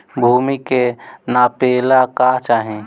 भूमि के नापेला का चाही?